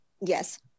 yes